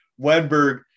Wenberg